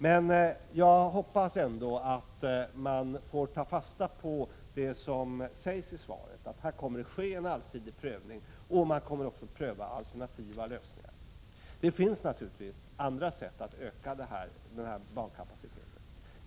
Men jag hoppas att man får ta fasta på det som sägs i svaret, nämligen att det här kommer att ske en allsidig prövning och att man kommer att pröva också alternativa lösningar. Det finns naturligtvis andra sätt att öka bankapaciteten.